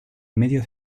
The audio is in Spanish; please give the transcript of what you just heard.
medio